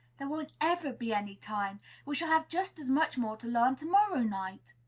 there won't ever be any time we shall have just as much more to learn to-morrow night.